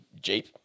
Jeep